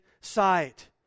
sight